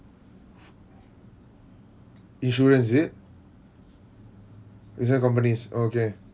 insurance is it Insurance companies okay